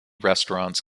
restaurants